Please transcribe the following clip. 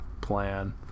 plan